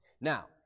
Now